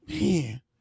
man